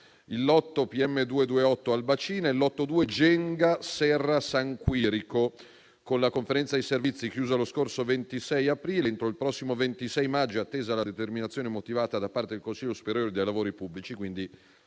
il lotto PM228-Albacina e il lotto 2 Genga-Serra San Quirico. Con la conferenza dei servizi, chiusa lo scorso 26 aprile, entro il prossimo 26 maggio, è attesa la determinazione motivata da parte del consiglio superiore dei lavori pubblici,